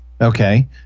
okay